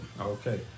Okay